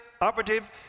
operative